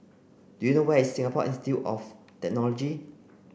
do you know where is Singapore Institute of Technology